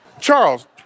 Charles